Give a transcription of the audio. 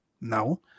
no